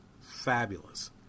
fabulous